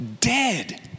dead